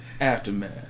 Aftermath